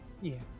Yes